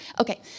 Okay